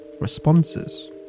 responses